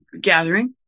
gathering